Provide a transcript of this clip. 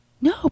No